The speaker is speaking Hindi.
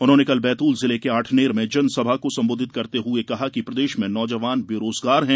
उन्होंने कल बैतूल जिले के आठनेर में जनसभा को संबोधित करते हुए कहा कि प्रदेश में नौजवान बेरोजगार हैं